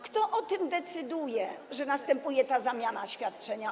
Kto o tym decyduje, że następuje ta zamiana świadczenia?